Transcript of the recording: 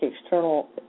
external